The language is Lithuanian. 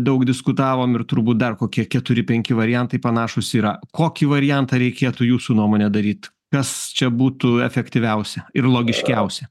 daug diskutavom ir turbūt dar kokie keturi penki variantai panašūs yra kokį variantą reikėtų jūsų nuomone daryt kas čia būtų efektyviausia ir logiškiausia